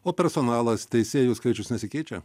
o personalas teisėjų skaičius nesikeičia